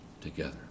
together